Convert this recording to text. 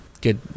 good